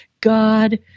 God